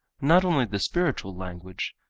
not only the spiritual language,